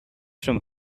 from